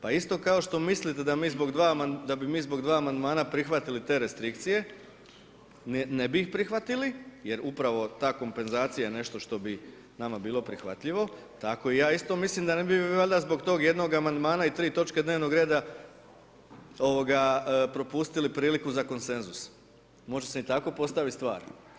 Pa isto kao što mislite da bi mi zbog amandmana prihvatili restrikcije, ne bi ih prihvatili jer upravo ta kompenzacija je nešto što bi nama bilo prihvatljivo, tako i ja isto mislim da ne bi vi valjda zbog tog jednog amandmana i tri točke dnevnog reda propustili priliku za konsenzus, može se i tako postaviti stvari.